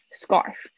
scarf